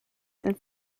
and